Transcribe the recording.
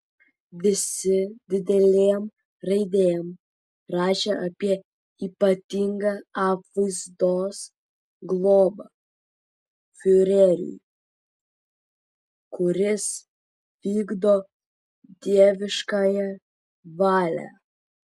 visi didelėm raidėm rašė apie ypatingą apvaizdos globą fiureriui kuris vykdo dieviškąją valią